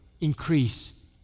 increase